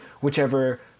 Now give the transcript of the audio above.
whichever